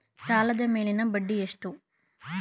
ಸಾಲದ ಮೇಲಿನ ಬಡ್ಡಿ ಎಷ್ಟು?